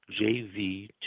jv